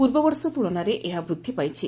ପୂର୍ବ ବର୍ଷ ତୁଳନାରେ ଏହା ବୃଦ୍ଧି ପାଇଛି